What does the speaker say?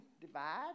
divide